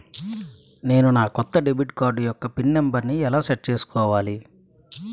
నేను నా కొత్త డెబిట్ కార్డ్ యెక్క పిన్ నెంబర్ని ఎలా సెట్ చేసుకోవాలి?